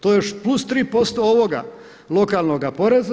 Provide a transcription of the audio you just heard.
To je još plus 3% ovoga lokalnoga poreza.